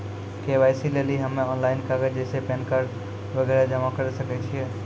KYC लेली हम्मय online कागज जैसे पैन कार्ड वगैरह जमा करें सके छियै?